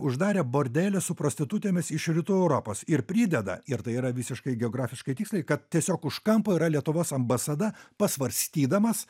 uždarė bordelį su prostitutėmis iš rytų europos ir prideda ir tai yra visiškai geografiškai tiksliai kad tiesiog už kampo yra lietuvos ambasada pasvarstydamas